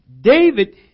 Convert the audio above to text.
David